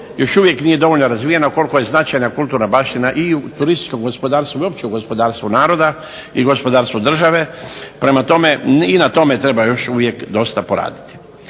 još uvijek nije dovoljno razvijene koliko je značajna kulturna baštine i u turističkom gospodarstvu i uopće u gospodarstvu naroda i gospodarstvu države. Prema tome, i na tome treba još uvijek dosta poraditi.